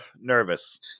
nervous